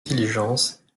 diligence